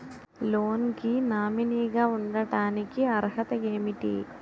Loan కి nominee గా ఉండటానికి అర్హత ఏమిటి?